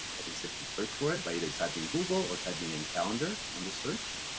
i can simply search for it by either typing google or typing in calendar on the search.